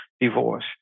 divorce